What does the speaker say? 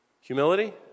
Humility